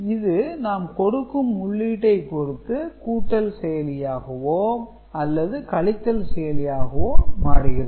இது நாம் கொடுக்கும் உள்ளீட்டை பொருத்து கூட்டல் செயலியாகவோ அல்லது கழித்தல் செயலியாகவோ மாறுகிறது